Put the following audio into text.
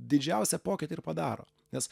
didžiausią pokytį ir padaro nes